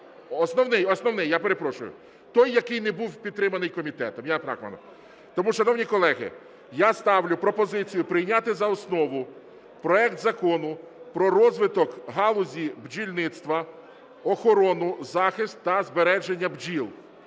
Основний, я перепрошую. Той, який не був підтриманий комітетом. Тому, шановні колеги, я ставлю пропозицію: прийняти за основу проект Закону про розвиток галузі бджільництва, охорону, захист та збереження бджіл